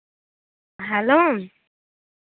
hello